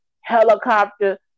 helicopter